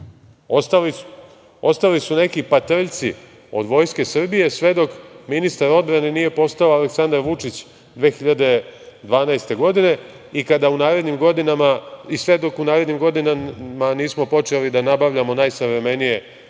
ostali su neki patrljci od vojske Srbije sve dok ministar odbrane nije postao Aleksandar Vučić 2012. godine i sve dok u narednim godinama nismo počeli da nabavljamo najsavremenije naoružanje